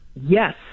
Yes